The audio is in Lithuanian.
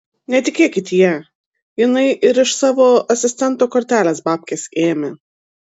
netikėkit ja jinai ir iš savo asistento kortelės babkes ėmė